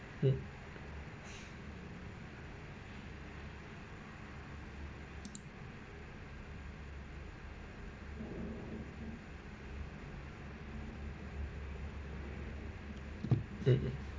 mm mmhmm